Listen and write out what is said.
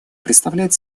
представляет